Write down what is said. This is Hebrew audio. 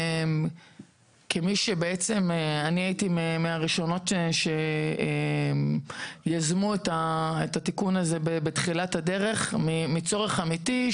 אני הייתי מהראשונות שיזמו את התיקון הזה בתחילת הדרך מצורך אמיתי.